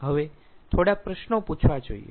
હવે થોડા પ્રશ્નો પૂછવા જોઈએ